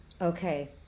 Okay